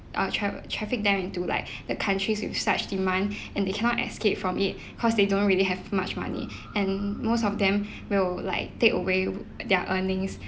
err tra~ traffic them into like the countries with such demand and they cannot escape from it cause they don't really have much money and most of them will like take away their earnings